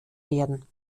werden